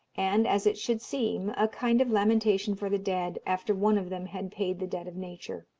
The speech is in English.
and, as it should seem, a kind of lamentation for the dead, after one of them had paid the debt of nature.